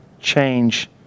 change